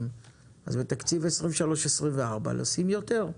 אז בתקציב 23'-24' לשים יותר,